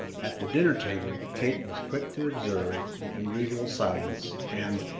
at the dinner-table, kate was quick to observe the unusual silence, and,